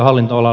puhemies